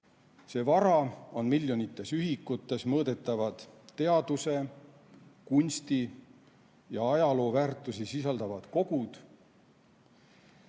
See vara on miljonites ühikutes mõõdetavad teaduse‑, kunsti‑ ja ajalooväärtusi sisaldavad kogud